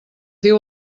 diu